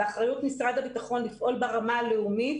באחריות משרד הביטחון לפעול ברמה הלאומית